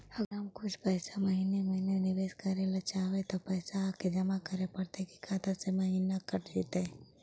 अगर हम कुछ पैसा के महिने महिने निबेस करे ल चाहबइ तब पैसा बैक आके जमा करे पड़तै कि खाता से महिना कट जितै?